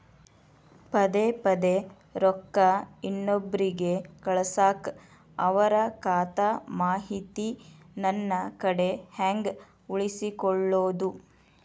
ಪದೆ ಪದೇ ರೊಕ್ಕ ಇನ್ನೊಬ್ರಿಗೆ ಕಳಸಾಕ್ ಅವರ ಖಾತಾ ಮಾಹಿತಿ ನನ್ನ ಕಡೆ ಹೆಂಗ್ ಉಳಿಸಿಕೊಳ್ಳೋದು?